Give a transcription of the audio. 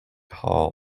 hall